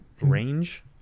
range